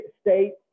States